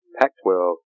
Pac-12